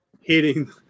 hitting